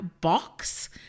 box